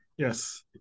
Yes